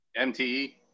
MTE